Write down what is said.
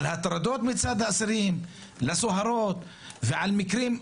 על הטרדות מצד האסירים לסוהרות ועל מקרים,